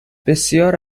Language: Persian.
بسیار